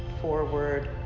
forward